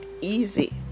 easy